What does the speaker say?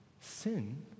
sin